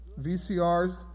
VCRs